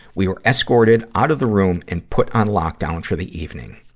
we were escorted out of the room and put on lockdown for the evening.